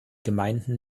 gemeinden